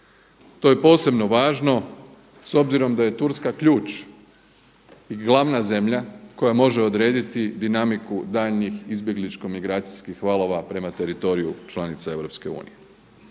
To je posebno važno s obzirom da je Turska ključ i glavna zemlja koja može odrediti dinamiku daljnjih izbjegličko migracijskih valova prema teritoriju članica EU.